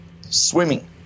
swimming